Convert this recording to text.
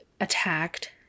attacked